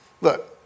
Look